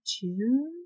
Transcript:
June